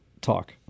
talk